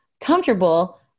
comfortable